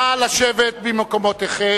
נא לשבת במקומותיכם.